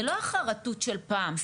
זה לא החרטות של פעם.